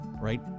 right